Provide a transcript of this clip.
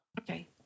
okay